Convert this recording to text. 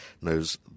knows